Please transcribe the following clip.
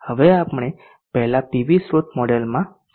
હવે આપણે પહેલા પીવી સ્રોત મોડેલમાં જનરેટ કરીએ